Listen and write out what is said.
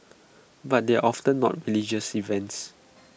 but they are often not religious events